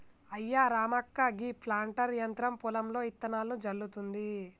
అయ్యా రామక్క గీ ప్లాంటర్ యంత్రం పొలంలో ఇత్తనాలను జల్లుతుంది